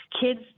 kids